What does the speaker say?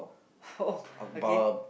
oh okay